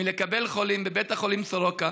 על קבלת חולים בבית החולים סורוקה.